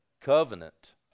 covenant